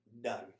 Done